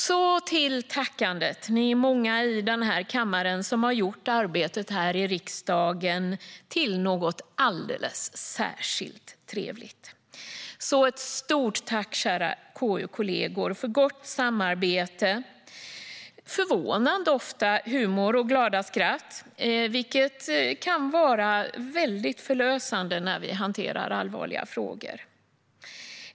Så kommer jag till tackandet. Ni är många här i kammaren som har gjort arbetet i riksdagen till något alldeles särskilt trevligt. Ett stort tack, kära KU-kollegor, för gott samarbete och förvånande ofta humor och glada skratt, vilket kan vara väldigt förlösande när vi hanterar allvarliga frågor.